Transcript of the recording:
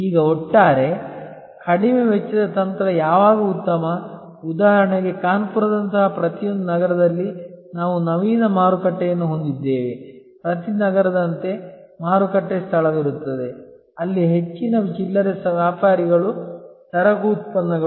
ಈಗ ಒಟ್ಟಾರೆ ಕಡಿಮೆ ವೆಚ್ಚದ ತಂತ್ರ ಯಾವಾಗ ಉತ್ತಮ ಉದಾಹರಣೆಗೆ ಕಾನ್ಪುರದಂತಹ ಪ್ರತಿಯೊಂದು ನಗರದಲ್ಲಿ ನಾವು ನವೀನ ಮಾರುಕಟ್ಟೆಯನ್ನು ಹೊಂದಿದ್ದೇವೆ ಪ್ರತಿ ನಗರದಂತೆ ಮಾರುಕಟ್ಟೆ ಸ್ಥಳವಿರುತ್ತದೆ ಅಲ್ಲಿ ಹೆಚ್ಚಿನ ಚಿಲ್ಲರೆ ವ್ಯಾಪಾರಿಗಳು ಸರಕು ಉತ್ಪನ್ನಗಳು